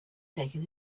taken